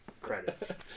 credits